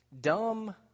Dumb